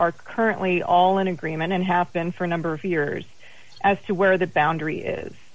are currently all in agreement and happen for a number of years as to where the boundary is